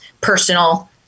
personal